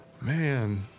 Man